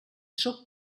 sóc